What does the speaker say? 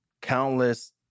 countless